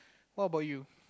what about you